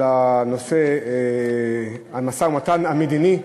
המשא-ומתן המדיני,